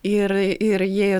ir ir ji